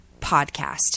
podcast